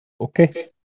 Okay